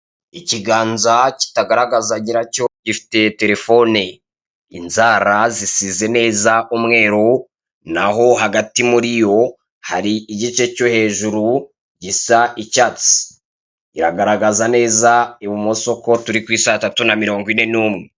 Ikiganza kitagaragaza nyiracyo gifite Telefone, inzara zisize neza umweru, naho hagati muri yo hari igice cyo hejuru gisa icyatsi. Iragaragaza neza ibumoso ko turi kw' isatatu na mirongo ine n'umwe.